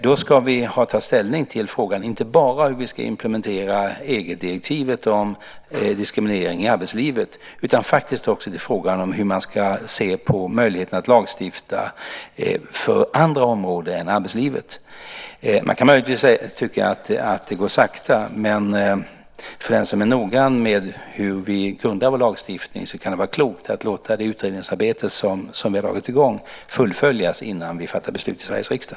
Då ska vi ha tagit ställning inte bara till hur vi ska implementera EG-direktivet om diskriminering i arbetslivet utan faktiskt också till frågan om hur man ska se på möjligheten till lagstiftning på andra områden än arbetslivet. Man kan möjligtvis tycka att det går sakta, men för den som är noggrann med hur vi grundar vår lagstiftning kan det vara klokt att låta det utredningsarbete som vi har dragit i gång fullföljas innan vi fattar beslut i Sveriges riksdag.